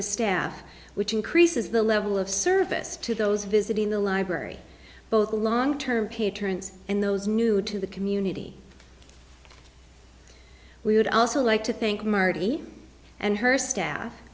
the staff which increases the level of service to those visiting the library both long term patrons and those new to the community we would also like to think marty and her staff